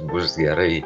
bus gerai